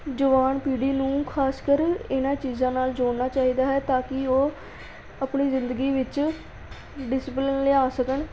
ਜਵਾਨ ਪੀੜ੍ਹੀ ਨੂੰ ਖ਼ਾਸ ਕਰ ਇਨ੍ਹਾਂ ਚੀਜ਼ਾਂ ਨਾਲ ਜੋੜਨਾ ਚਾਹੀਦਾ ਹੈ ਤਾਂ ਕਿ ਉਹ ਆਪਣੀ ਜਿੰਦਗੀ ਵਿੱਚ ਡਿਸਪਲਿਨ ਲਿਆ ਸਕਣ